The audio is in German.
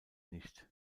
nicht